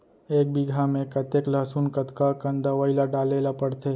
एक बीघा में कतेक लहसुन कतका कन दवई ल डाले ल पड़थे?